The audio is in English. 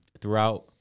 Throughout